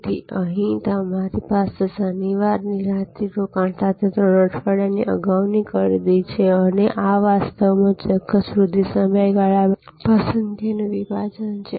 તેથી અહીં અમારી પાસે શનિવારની રાત્રિ રોકાણ સાથે ત્રણ અઠવાડિયાની અગાઉ ખરીદી છે અને આ વાસ્તવમાં ચોક્કસ વૃધ્ધિ સમયગાળા માટે પસંદગીનું વિભાજન છે